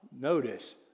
Notice